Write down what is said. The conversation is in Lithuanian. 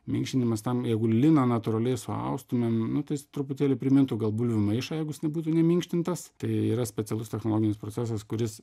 minkštinimas tam jeigu liną natūraliai suaustumėm nu tai jis truputėlį primintų gal bulvių maišą jeigu nebūtų ne minkštintas tai yra specialus technologinis procesas kuris